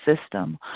system